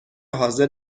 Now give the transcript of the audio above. حاضر